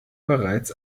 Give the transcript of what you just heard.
bereits